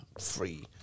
Free